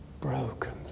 broken